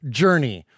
journey